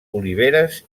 oliveres